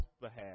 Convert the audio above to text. behalf